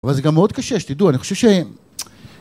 אבל זה גם מאוד קשה, שתדעו אני חושב ש...